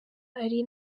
ari